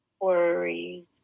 worries